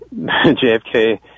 JFK